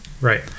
Right